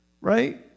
right